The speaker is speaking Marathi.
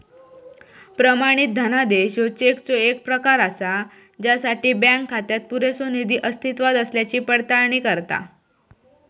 प्रमाणित धनादेश ह्यो चेकचो येक प्रकार असा ज्यासाठी बँक खात्यात पुरेसो निधी अस्तित्वात असल्याची पडताळणी करता